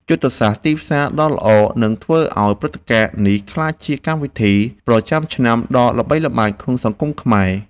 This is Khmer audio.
យុទ្ធសាស្ត្រទីផ្សារដ៏ល្អនឹងធ្វើឱ្យព្រឹត្តិការណ៍នេះក្លាយជាកម្មវិធីប្រចាំឆ្នាំដ៏ល្បីល្បាញក្នុងសង្គមខ្មែរ។